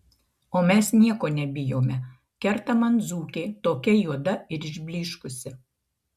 o mes nieko nebijome kerta man dzūkė tokia juoda ir išblyškusi